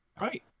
Right